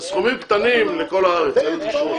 זה סכומים קטנים לכל הארץ.